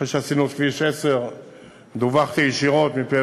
אחרי שעשינו את כביש 10 דוּוחתי ישירות מפי